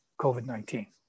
COVID-19